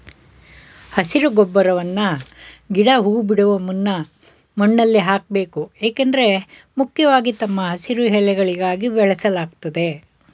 ಹಸಿರು ಗೊಬ್ಬರವನ್ನ ಗಿಡ ಹೂ ಬಿಡುವ ಮುನ್ನ ಮಣ್ಣಲ್ಲಿ ಹಾಕ್ಬೇಕು ಏಕೆಂದ್ರೆ ಮುಖ್ಯವಾಗಿ ತಮ್ಮ ಹಸಿರು ಎಲೆಗಳಿಗಾಗಿ ಬೆಳೆಸಲಾಗ್ತದೆ